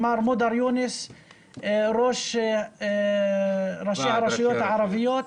מר מודר יונס, ראש ראשי הרשויות הערביות.